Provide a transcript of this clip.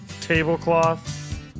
tablecloth